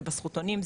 זה בזכותונים,